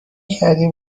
کردی